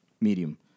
medium